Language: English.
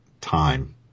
time